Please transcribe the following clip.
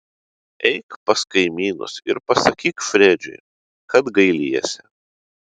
eik pas kaimynus ir pasakyk fredžiui kad gailiesi